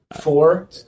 Four